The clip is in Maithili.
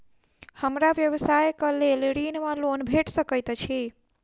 हमरा व्यवसाय कऽ लेल ऋण वा लोन भेट सकैत अछि?